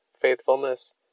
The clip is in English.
faithfulness